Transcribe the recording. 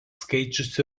skaičius